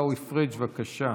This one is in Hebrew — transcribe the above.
עיסאווי פריג', בבקשה,